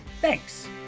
Thanks